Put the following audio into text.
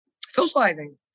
socializing